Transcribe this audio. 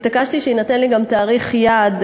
התעקשתי גם שיינתן לי תאריך יעד,